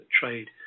trade